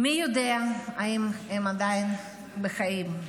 מי יודע אם הן עדיין בחיים?